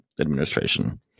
administration